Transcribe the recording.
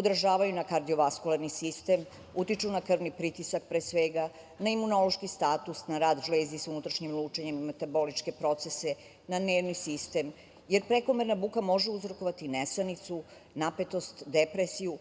odražavaju na kardio-vaskularni sistem, utiču na krvni pritisak pre svega, na imunološki status, na rad žlezdi sa unutrašnjim lučenje, metaboličke procese, na nervni sistem, jer prekomerna buka može uzrokovati nesanicu, napetost, depresiju,